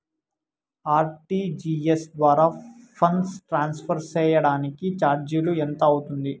RTGS ద్వారా funds transfer సేయడానికి చార్జీలు ఎంత అవుతుంది